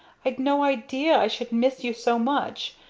i'd no idea i should miss you so much.